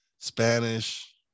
Spanish